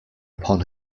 upon